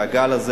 והגל הזה,